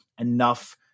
enough